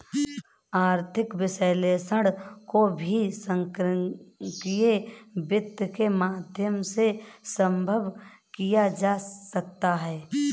आर्थिक विश्लेषण को भी संगणकीय वित्त के माध्यम से सम्भव किया जा सकता है